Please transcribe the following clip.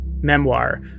memoir